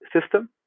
system